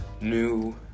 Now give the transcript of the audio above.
New